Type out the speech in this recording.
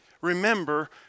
remember